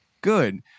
Good